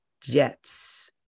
Jets